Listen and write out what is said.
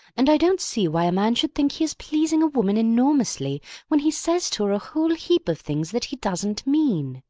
and i don't see why a man should think he is pleasing a woman enormously when he says to her a whole heap of things that he doesn't mean.